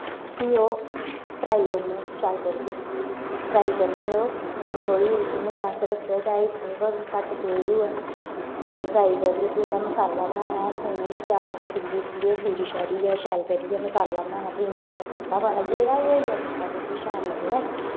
फ्ही ओह् फ्राई करने शैल करियै फ्राई करने ओह् थोह्ड़ी सिम्म गैस रक्खियै जां हीटर गै घट्ट तेज होऐ ते फ्राई करियै ओह्दा मसाला बनाना थूंम प्याज छिल्ली शुल्लियै शूरी शारियै शैल करियै मसाला बनाना फ्ही इमली दी खट्टा पाना जेह्दा बी होऐ खट्टा तुसें गी शैल लगदा